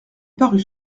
parut